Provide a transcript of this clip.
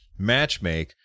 matchmake